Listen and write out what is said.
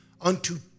unto